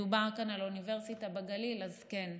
דובר כאן על אוניברסיטה בגליל, אז כן,